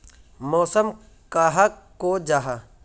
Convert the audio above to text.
मौसम कहाक को जाहा?